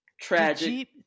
tragic